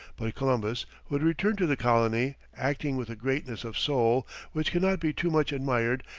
but columbus, who had returned to the colony, acting with a greatness of soul which cannot be too much admired,